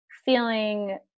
feeling